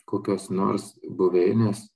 kokios nors buveinės